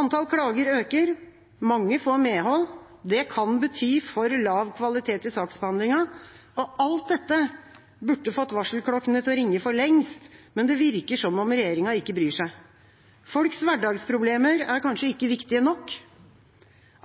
Antall klager øker. Mange får medhold. Det kan bety for lav kvalitet i saksbehandlingen. Alt dette burde fått varselklokkene til å ringe for lengst, men det virker som om regjeringa ikke bryr seg. Folks hverdagsproblemer er kanskje ikke viktige nok?